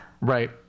Right